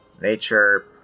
Nature